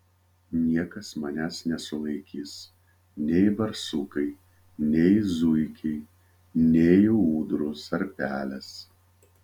niekas manęs nesulaikys nei barsukai nei zuikiai nei ūdros ar pelės